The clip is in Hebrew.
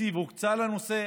תקציב הוקצה לנושא,